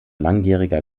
langjähriger